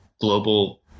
global